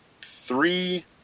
three